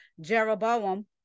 Jeroboam